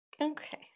okay